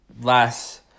last